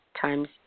times